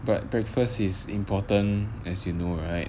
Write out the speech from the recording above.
but breakfast is important as you know right